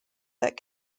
that